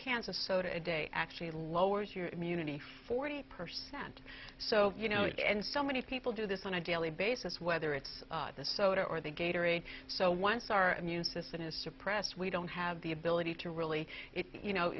of soda a day actually lowers your immunity forty percent so you know it and so many people do this on a daily basis whether it's the soda or the gator aid so once our immune system is suppressed we don't have the ability to really you know